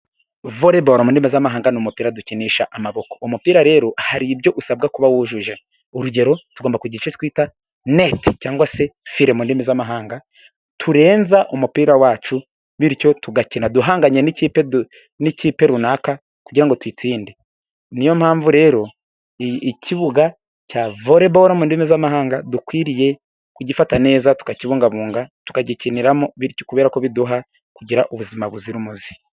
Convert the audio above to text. Voreboro mu ndimi z'amahanga ni umupira dukinisha amaboko. Umupira rero hari ibyo usabwa kuba wujuje, urugero tugomba kugira icyo twita neti cyangwa se fire mu ndimi z'mahanga turenza umupira wacu bityo tugakina duhanganye n'ikipe runaka kugira ngo tuyitsinde. Niyo mpamvu rero ikibuga cya voreboro mu ndimi z'mahanga dukwiriye kugifata neza tukakibungabunga, tukagikiniramo kubera ko biduha kugira ubuzima buzira umuze.